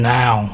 now